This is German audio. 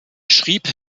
schrieb